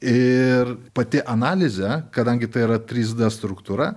ir pati analizė kadangi tai yra trys d struktūra